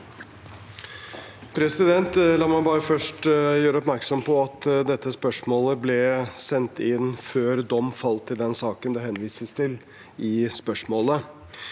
La meg bare først gjøre oppmerksom på at dette spørsmålet ble sendt inn før dom falt i den saken det henvises til i spørsmålet.